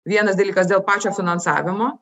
vienas dalykas dėl pačio finansavimo